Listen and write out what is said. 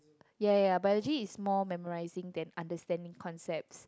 yeah yeah yeah biology is more memorising than understanding concepts